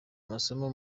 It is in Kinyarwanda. amasomo